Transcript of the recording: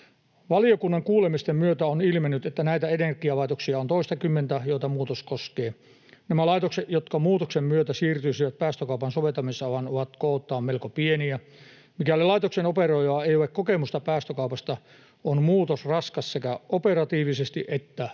Valiokunnan kuulemisten myötä on ilmennyt, että näitä energialaitoksia, joita muutos koskee, on toistakymmentä. Nämä laitokset, jotka muutoksen myötä siirtyisivät päästökaupan soveltamisalaan, ovat kooltaan melko pieniä, ja mikäli laitoksen operoijalla ei ole kokemusta päästökaupasta, on muutos raskas sekä operatiivisesti että